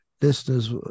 listeners